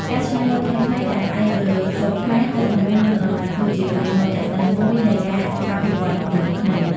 ការច្នៃម៉ូដថ្មីៗដែលផ្អែកលើ សូត្រខ្មែរ ហូល ផាមួង និងក្រមា គឺជាឧទាហរណ៍ជាក់ស្តែងមួយនៃការអភិវឌ្ឍរួមគ្នា។